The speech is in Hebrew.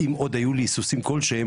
אם עוד היו לי היסוסים כלשהם,